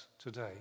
today